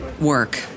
work